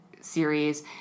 series